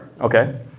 Okay